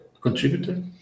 contributor